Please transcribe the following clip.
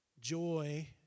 joy